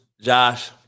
Josh